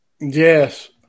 Yes